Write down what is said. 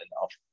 enough